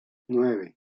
nueve